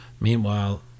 Meanwhile